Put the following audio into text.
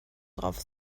drauf